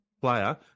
player